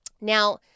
Now